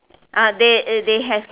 ah they they have